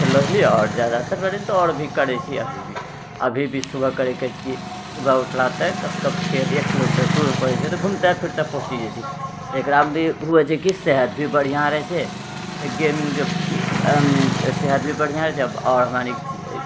खेललो छियै आओर जादातर दौड़ भी करै छि अभी भी सुबह करैके अछि कि सुबह उठलहुॅं तऽ कमसँ कम खेत एक किलोमीटर दूर पड़ै छै तऽ घुमिते फिरते पहुँचि जाइ छियै तऽ एकरामे भी होइ छै कि सेहत भी बढ़ियाँ रहै छै तऽ गेमके कि सेहत भी बढ़िऑं रहै छै आओर हमरा सनिके